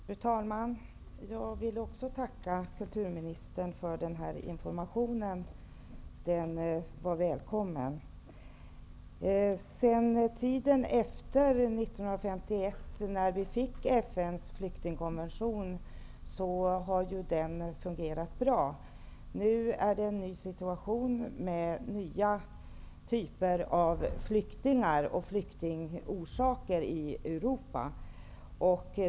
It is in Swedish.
Fru talman! Jag vill också tacka kulturministern för den här informationen. Den var välkommen. 1951 fick vi FN:s flyktingkommission, och alltsedan dess har denna fungerat bra. Nu är det en ny situation med nya typer av flyktingar och flyktingorsaker i Europa.